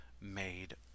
made